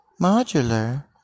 Modular